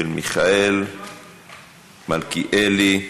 מס' 6939, של מיכאל מלכיאלי.